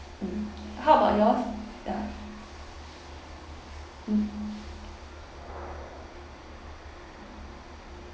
mm how about yours ya mm